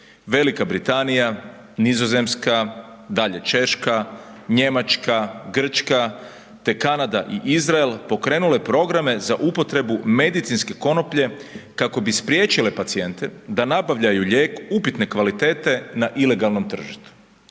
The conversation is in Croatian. Velika Britanija, Nizozemska, dalje Češka, Njemačka, Grčka, te Kanada i Izrael, pokrenule programe za upotrebu medicinske konoplje kako bi spriječile pacijente da nabavljaju lijek upitne kvalitete na ilegalnom tržištu.